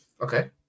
Okay